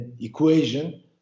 equation